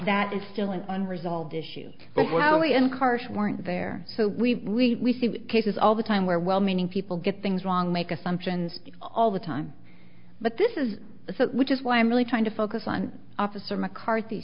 that is still an unresolved issue that well we in cars weren't there so we see cases all the time where well meaning people get things wrong make assumptions all the time but this is so which is why i'm really trying to focus on officer mccarthy